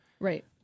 Right